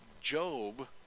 Job